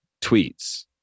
tweets